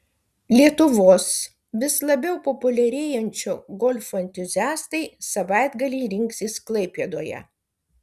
lietuvos vis labiau populiarėjančio golfo entuziastai savaitgalį rinksis klaipėdoje